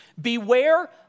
Beware